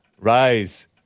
rise